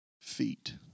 feet